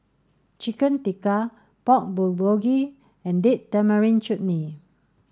Chicken Tikka Pork Bulgogi and Date Tamarind Chutney